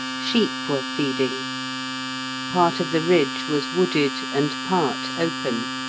sheep were feeding part of the ridge was wooded and part open.